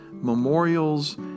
memorials